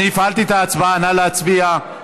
אני הפעלתי את ההצבעה, נא להצביע.